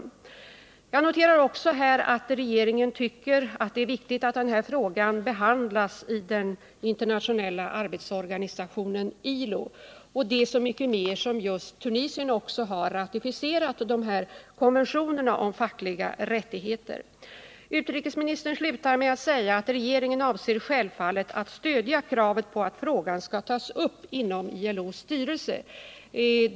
Vidare noterar jag att regeringen anser att det är viktigt att frågan behandlas i den internationella arbetsorganisationen ILO, och detta så mycket mer som Tunisien har ratificerat konventionerna om de fackliga rättigheterna. Utrikesministern slutar med att säga att regeringen självfallet avser att stödja kravet på att frågan skall tas upp inom ILO:s styrelse.